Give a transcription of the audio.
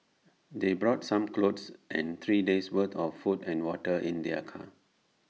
they brought some clothes and three days' worth of food and water in their car